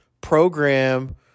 program